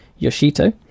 Yoshito